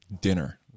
dinner